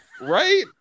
right